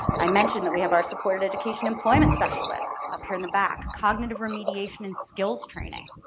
i mentioned that we have our supported education employment specialists up here in the back. cognitive remediation and skills training.